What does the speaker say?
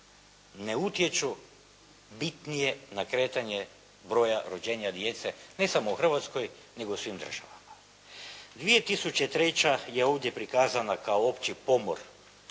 ne utječu bitnije na kretanje broja rođenja djece, ne samo u Hrvatskoj nego u svim državama. 2003. je ovdje prikazana kao opći pomor